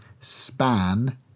span